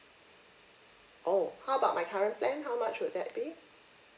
oh how about my current plan how much would that be